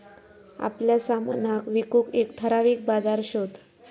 आपल्या सामनाक विकूक एक ठराविक बाजार शोध